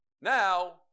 now